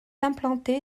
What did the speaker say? implanté